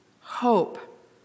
Hope